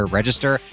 register